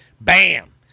Bam